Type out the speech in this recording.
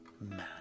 man